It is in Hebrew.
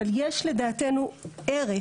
אבל יש לדעתנו ערך,